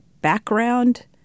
background